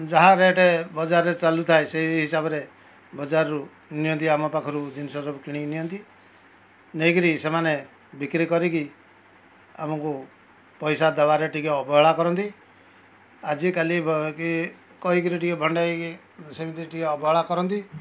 ଯାହା ରେଟ୍ ବଜାରରେ ଚାଲୁଥାଏ ସେଇ ହିସାବରେ ବାଜାରରୁ ନିଅନ୍ତି ଆମ ପାଖରୁ ଜିନିଷ ସବୁ କିଣିକି ନିଅନ୍ତି ନେଇକିରି ସେମାନେ ବିକ୍ରି କରିକି ଆମକୁ ପଇସା ଦବାରେ ଟିକେ ଅବହେଳା କରନ୍ତି ଆଜିକାଲି କି ଟିକେ କହିକି ଭଣ୍ଡେଇକି ସେମତି ଟିକେ ଅବହେଳା କରନ୍ତି